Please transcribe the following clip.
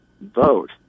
vote